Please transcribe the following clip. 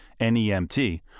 NEMT